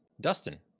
Dustin